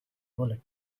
bullet